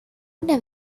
una